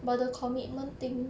but the commitment thing